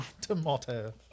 tomato